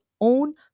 own